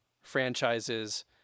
franchises